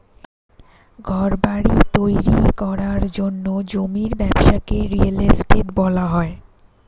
ঘরবাড়ি তৈরি করার জন্য জমির ব্যবসাকে রিয়েল এস্টেট বলা হয়